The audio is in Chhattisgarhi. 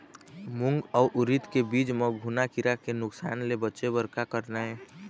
मूंग अउ उरीद के बीज म घुना किरा के नुकसान ले बचे बर का करना ये?